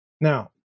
now